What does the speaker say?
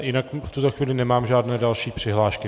Jinak v tuto chvíli nemám žádné další přihlášky.